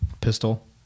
pistol